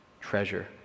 treasure